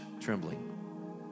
trembling